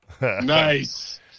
Nice